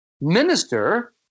minister